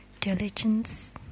diligence